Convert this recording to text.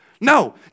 no